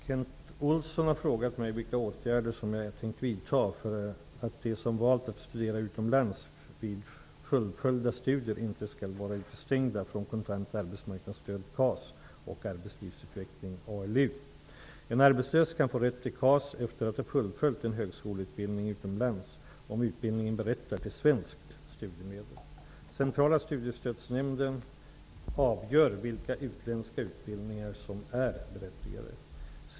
Fru talman! Kent Olsson har frågat mig vilka åtgärder som jag tänkt vidta för att de som valt att studera utomlands vid fullföljda studier inte skall vara utestängda från kontant arbetsmarknadsstöd En arbetslös kan få rätt till KAS efter att ha fullföljt en högskoleutbildning utomlands om utbildningen berättigar till svenskt studiemedel. Centrala studiestödsnämnden avgör vilka utländska utbildningar som är berättigade.